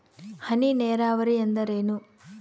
ಹನಿ ನೇರಾವರಿ ಎಂದರೇನು?